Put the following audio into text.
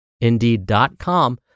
Indeed.com